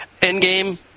Endgame